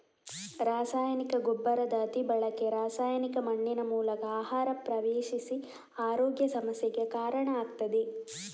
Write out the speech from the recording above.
ರಾಸಾಯನಿಕ ಗೊಬ್ಬರದ ಅತಿ ಬಳಕೆ ರಾಸಾಯನಿಕ ಮಣ್ಣಿನ ಮೂಲಕ ಆಹಾರ ಪ್ರವೇಶಿಸಿ ಆರೋಗ್ಯ ಸಮಸ್ಯೆಗೆ ಕಾರಣ ಆಗ್ತದೆ